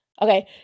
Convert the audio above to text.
Okay